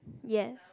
yes